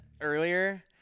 earlier